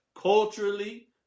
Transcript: culturally